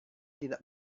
tidak